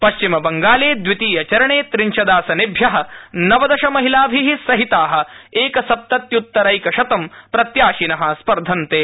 पश्चिमबङ्गालेद्वितीयचरणेत्रिंशदासनेभ्यःनवदश महिलाभिः सहिताःएकसप्तत्य्तरैकशतं प्रत्याशिनः स्पर्धन्ते